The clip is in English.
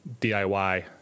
DIY